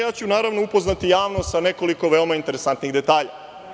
Ja ću, naravno, upoznati javnost sa nekoliko veoma interesantnih detalja.